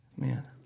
man